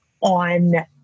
on